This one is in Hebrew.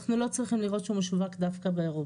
אנחנו לא צריכים לראות שהוא משווק דווקא מאירופה.